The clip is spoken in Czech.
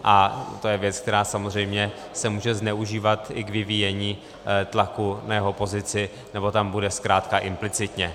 A to je věc, která se samozřejmě může zneužívat i k vyvíjení tlaku na jeho pozici, nebo tak bude zkrátka implicitně.